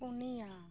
ᱯᱩᱱᱭᱟ